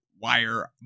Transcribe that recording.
wire